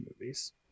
movies